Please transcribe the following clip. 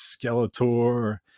skeletor